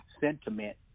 sentiment